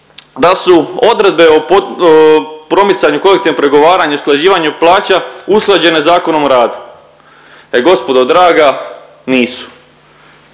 da su odredbe o promicanju kolektivnog pregovaranja i usklađivanju plaća, usklađene Zakonom o radu. E gospodo draga nisu.